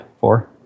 Four